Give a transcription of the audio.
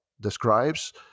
describes